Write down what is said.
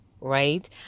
right